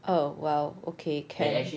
oh !wow! okay can